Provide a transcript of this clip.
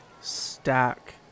stack